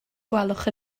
gwelwch